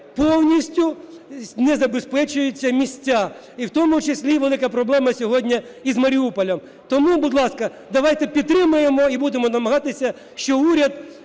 повністю не забезпечуються міста, і в тому числі велика проблема сьогодні із Маріуполем. Тому, будь ласка, давайте підтримаємо і будемо намагатися, що уряд